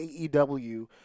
AEW